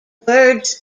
words